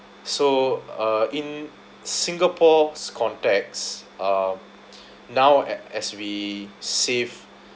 so uh in Singapore's context uh now as as we save